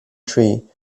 tree